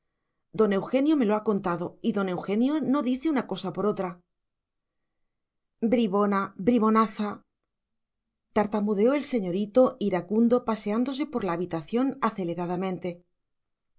don eugenio me lo ha contado y don eugenio no dice una cosa por otra bribona bribonaza tartamudeó el señorito iracundo paseándose por la habitación aceleradamente